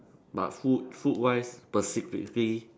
but food food wise specifically